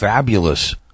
Fabulous